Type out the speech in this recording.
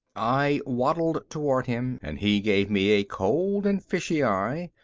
i waddled toward him and he gave me a cold and fishy eye,